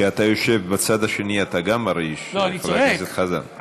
כשאתה יושב בצד השני גם אתה מרעיש, חבר הכנסת חזן.